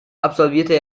absolvierte